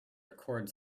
record